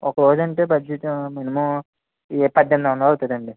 ఒక రోజంటే budget minimum పద్దెనిమిదొందలు అవుతుందండి